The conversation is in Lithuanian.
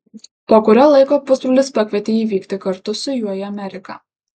po kurio laiko pusbrolis pakvietė jį vykti kartu su juo į ameriką